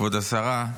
כבוד השרה,